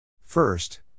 First